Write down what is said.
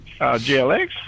GLX